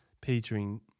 petering